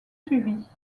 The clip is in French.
suivi